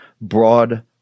broad